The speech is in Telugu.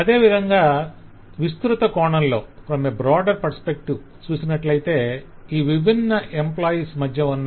అదే విధంగా విస్త్రుత కోణంలో చూసినట్లయితే ఈ విభిన్న ఎంప్లాయిస్ మధ్య ఉన్న